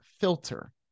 filter